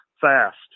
fast